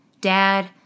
dad